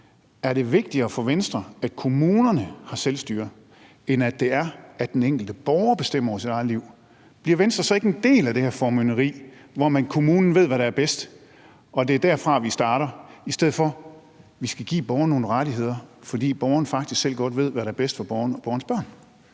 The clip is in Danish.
er det vigtigere for Venstre, at kommunerne har selvstyre, end at den enkelte borger bestemmer over sit eget liv? Bliver Venstre så ikke er en del af det her formynderi, hvor kommunen ved, hvad der er bedst, og at det er derfra, vi starter, i stedet for at vi skal give borgeren nogle rettigheder, fordi borgeren faktisk godt selv ved, hvad der er bedst for borgeren og borgerens børn?